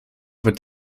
wird